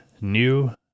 new